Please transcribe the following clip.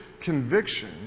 conviction